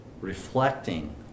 reflecting